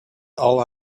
all